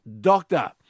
doctor